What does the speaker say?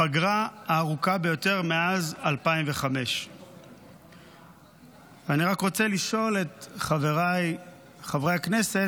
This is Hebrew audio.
הפגרה הארוכה ביותר מאז 2005. אני רק רוצה לשאול את חבריי חברי הכנסת: